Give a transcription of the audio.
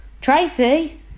Tracy